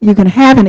you can have an